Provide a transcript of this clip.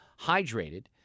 hydrated